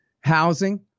housing